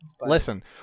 listen